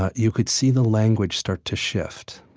ah you could see the language start to shift.